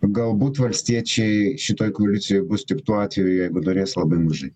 galbūt valstiečiai šitoj koalicijoj bus tik tuo atveju jeigu norės labai mažai